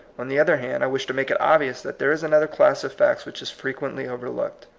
on the other hand, i wish to make it obvious that there is another class of facts which is frequently overlooked.